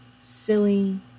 silly